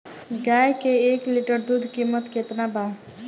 गाय के एक लीटर दूध कीमत केतना बा?